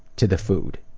to the food,